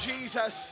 Jesus